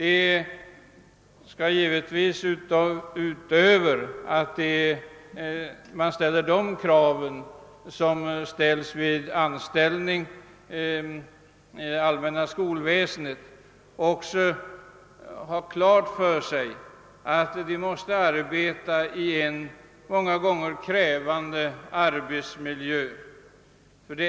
En internatskola är nämligen en krävande arbetsmiljö.